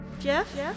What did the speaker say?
Jeff